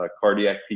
cardiac